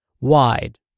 wide